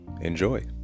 enjoy